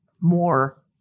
more